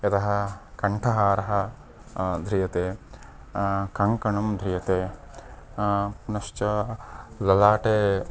यतः कण्ठाहारः धार्यते कङ्कणं धार्यते पुनश्च ललाटे